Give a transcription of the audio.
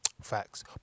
Facts